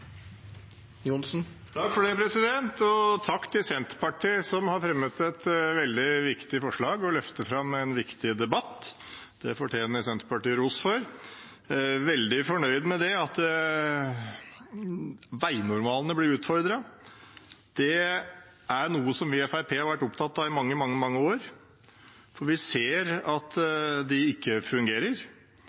Takk til Senterpartiet, som har fremmet et veldig viktig forslag og løfter fram en viktig debatt. Det fortjener Senterpartiet ros for. Vi er veldig fornøyd med at veinormalene blir utfordret. Det er noe vi i Fremskrittspartiet har vært opptatt av i mange, mange år, for vi ser at de ikke fungerer.